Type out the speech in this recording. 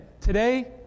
today